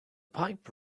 pipe